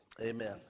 Amen